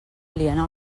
aliena